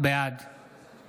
בעד